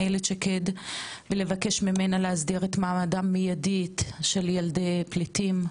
איילת שקד ולבקש ממנה להסדיר את מעמדם מיידית של ילדי פליטים,